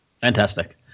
Fantastic